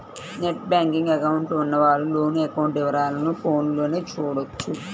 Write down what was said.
net banking account ఉన్నవాళ్ళు loan account వివరాలను ఫోన్లోనే చూడొచ్చు